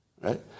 Right